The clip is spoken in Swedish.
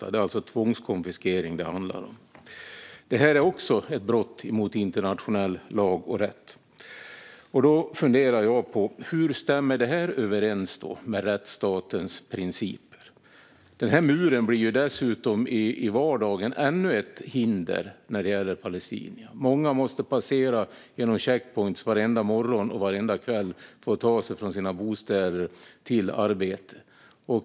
Det handlar alltså om tvångskonfiskering, och det är också ett brott mot internationell lag och rätt. Hur stämmer detta överens med rättsstatens principer? Muren blir dessutom ännu ett hinder för palestinierna i vardagen. Många måste passera genom en checkpoint varje morgon och kväll för att ta sig från bostad till arbete.